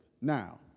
Now